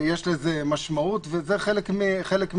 יש לזה משמעות, וזה חלק מהתהליך.